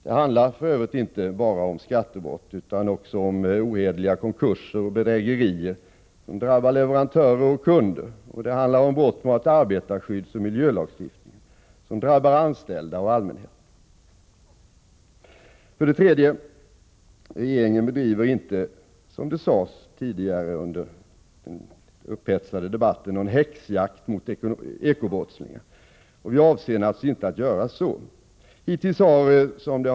Det handlar för övrigt inte bara om skattebrott, utan också om ohederliga konkurser och bedrägerier, som drabbar leverantörer och kunder. Det handlar om brott mot arbetarskyddsoch miljölagstiftningarna, vilket drabbar anställda och allmänhet. För det tredje bedriver inte regeringen, som det sades tidigare under den upphetsade debatten, någon häxjakt på eko-brottslingar. Vi avser inte att bedriva någon sådan.